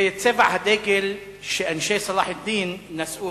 זה צבע הדגל שאנשי צלאח א-דין נשאו